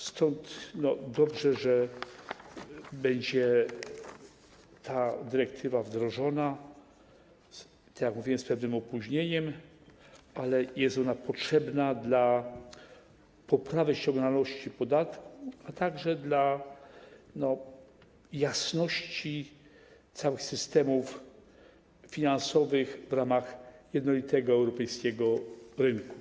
Stąd dobrze, że ta dyrektywa będzie wdrożona, tak jak mówiłem, z pewnym opóźnieniem, ale jest ona potrzebna do poprawy ściągalności podatków, a także dla jasności całych systemów finansowych w ramach jednolitego europejskiego rynku.